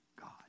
God